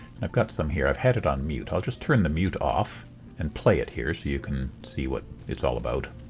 and i've got some here. i've had it on mute. i'll just turn the mute off and play it here so you can see what it's all about.